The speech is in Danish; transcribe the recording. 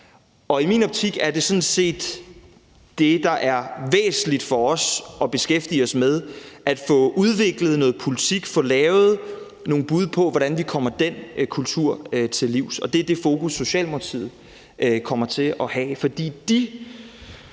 I min optik er det sådan set det, der er væsentligt for os at beskæftige os med, altså at få udviklet noget politik og få lavet nogle bud på, hvordan vi kommer den kultur til livs, og det er det fokus, Socialdemokratiet kommer til at have.